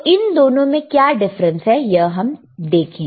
तो इन दोनों में क्या डिफरेंस है यह हम देखें